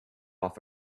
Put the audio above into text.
off